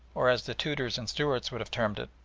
or, as the tudors and stuarts would have termed it,